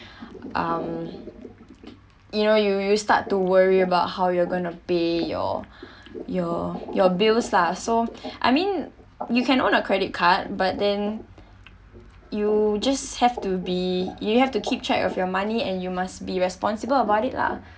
um you know you you start to worry about how you're going to pay your your your bills lah so I mean you can own a credit card but then you just have to be you have to keep track of your money and you must be responsible about it lah